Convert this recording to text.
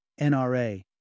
NRA